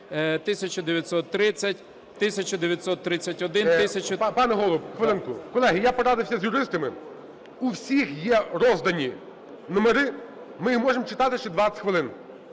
хвилинку. Колеги, я порадився з юристами, у всіх є роздані номери. Ми їх можемо читати ще 20 хвилин.